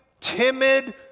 timid